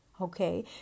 okay